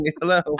hello